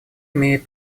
имеет